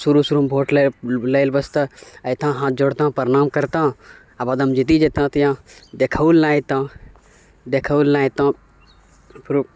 शुरू शुरूमे वोट लऽ लैल वास्ते अएतऽ हाथ जोड़तऽ प्रणाम करतऽ आओर बादऽमे जीति जेतऽ देखैएओलए नहि अओतऽ देखैएओलए नहि अओतऽ फेरो